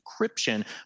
encryption